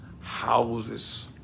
houses